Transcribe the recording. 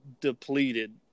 depleted